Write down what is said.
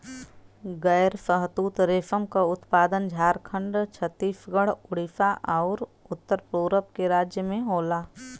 गैर शहतूत रेशम क उत्पादन झारखंड, छतीसगढ़, उड़ीसा आउर उत्तर पूरब के राज्य में होला